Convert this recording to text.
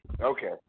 Okay